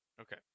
Okay